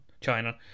China